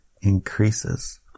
increases